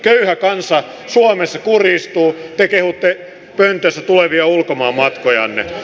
köyhä kansa suomessa kurjistuu te kehutte pöntössä tulevia ulkomaanmatkojanne